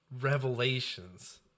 Revelations